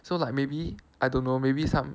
so like maybe I don't know maybe some